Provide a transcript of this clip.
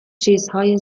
چیزهای